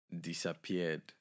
disappeared